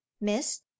miss